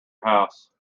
house